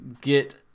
get